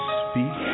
speak